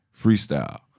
freestyle